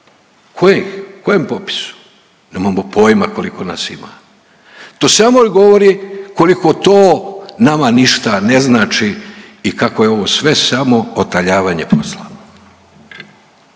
birača? Kojem popisu? Nemamo pojma koliko nas ima. To samo govori koliko to nama ništa ne znači i kako je ovo sve samo otaljavanje posla.